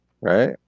Right